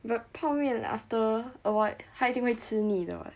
but 泡面 after a while 他一定会吃腻的 [what]